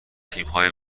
تیمهای